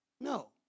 No